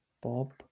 Bob